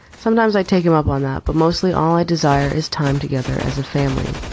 sometimes i take him up on that. but mostly all i desire is time together as a family.